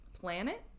Planet